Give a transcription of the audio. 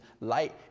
light